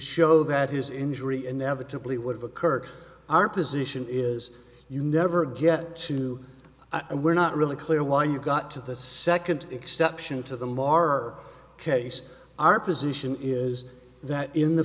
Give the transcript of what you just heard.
show that his injury inevitably would have occurred our position is you never get to and we're not really clear why you got to the second exception to the maher case our position is that in the